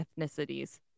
ethnicities